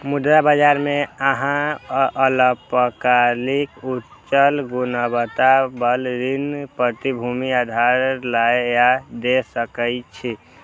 मुद्रा बाजार मे अहां अल्पकालिक, उच्च गुणवत्ता बला ऋण प्रतिभूति उधार लए या दै सकै छी